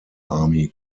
army